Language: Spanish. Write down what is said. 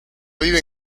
vive